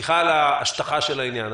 סליחה על ההשטחה של העניין,